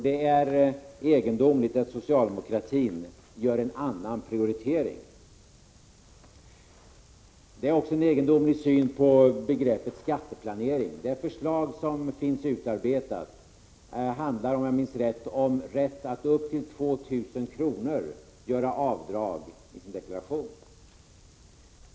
Det är egendomligt när socialdemokratin gör en annan prioritering. Det är också fråga om en egendomlig syn på begreppet skatteplanering. Det förslag som finns utarbetat handlar, om jag minns rätt, om att man upp till2 000 kr. skall få göra avdrag i sin deklaration.